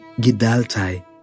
Gidaltai